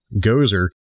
Gozer